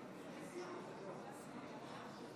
אינו נוכח גדי איזנקוט, אינו נוכח ישראל אייכלר,